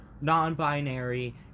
non-binary